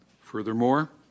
Furthermore